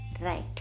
right